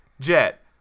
Jet